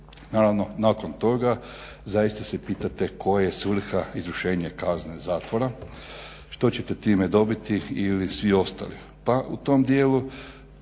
Naravno, nakon toga zaista se pitate koja je svrha izvršenje kazne zatvora, što ćete time dobiti ili svi ostali? Pa u tom dijelu